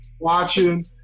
watching